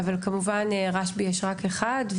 אבל כמובן רשב"י יש רק אחד,